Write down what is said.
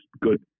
good